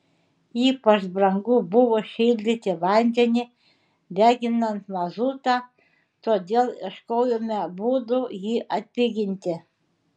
ypač brangu buvo šildyti vandenį deginant mazutą todėl ieškojome būdų jį atpiginti